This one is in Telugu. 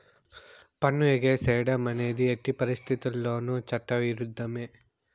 పన్ను ఎగేసేడం అనేది ఎట్టి పరిత్తితుల్లోనూ చట్ట ఇరుద్ధమే